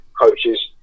coaches